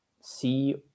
see